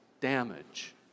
damage